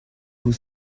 vous